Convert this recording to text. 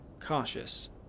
cautious